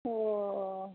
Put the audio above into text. ও